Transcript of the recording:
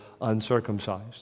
uncircumcised